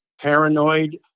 paranoid